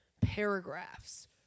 paragraphs